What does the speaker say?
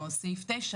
או סעיף 9,